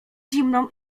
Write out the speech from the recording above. zimną